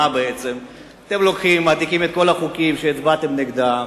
אתם לוקחים, מעתיקים את כל החוקים שהצבעתם נגדם